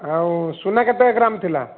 ଆଉ ସୁନା କେତେ ଗ୍ରାମ୍ ଥିଲା